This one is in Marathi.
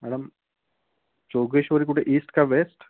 मॅडम जोगेश्वरी कुठे ईस्ट का वेस्ट